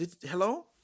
Hello